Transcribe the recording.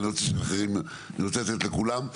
אני רוצה לתת לכולם.